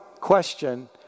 question